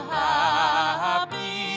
happy